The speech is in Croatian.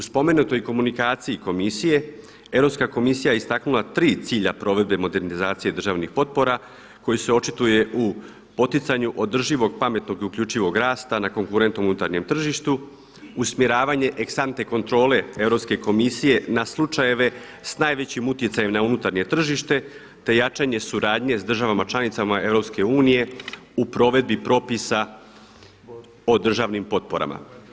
U spomenutoj komunikaciji komisije Europska komisija je istaknula tri cilja provedbe modernizacije državnih potpora koji se očituje u poticanju održivog pametnog i uključivog rasta na konkurentnom unutarnjem tržištu, usmjeravanjem ex ante kontrole Europske komisije na slučajeve sa najvećim utjecajem na unutarnje tržište, te jačanje suradnje sa državama članicama EU u provedbi propisa o državnim potporama.